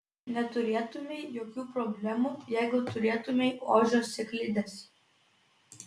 neturėtumei jokių problemų jeigu turėtumei ožio sėklides